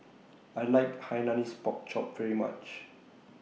I like Hainanese Pork Chop very much